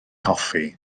hoffi